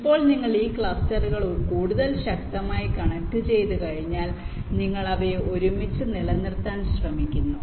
ഇപ്പോൾ ഈ ക്ലസ്റ്ററുകൾ കൂടുതൽ ശക്തമായി കണക്റ്റുചെയ്തുകഴിഞ്ഞാൽ നിങ്ങൾ അവയെ ഒരുമിച്ച് നിലനിർത്താൻ ശ്രമിക്കുന്നു